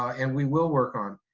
and we will work on.